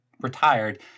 retired